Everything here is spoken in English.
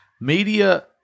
Media